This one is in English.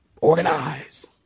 organize